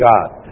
God